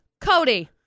Cody